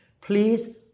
Please